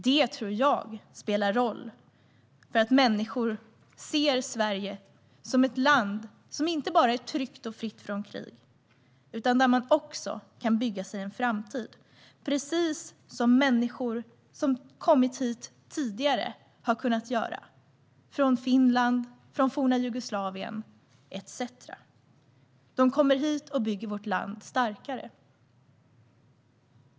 Det tror jag spelar roll för att människor ser Sverige som ett land som inte bara är tryggt och fritt från krig utan också en plats där man kan bygga sin framtid - precis som människor som tidigare har kommit hit från Finland, forna Jugoslavien etcetera har kunnat göra. De kommer och bygger vårt land starkare.